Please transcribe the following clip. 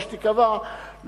ככל שתיקבע,